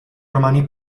romani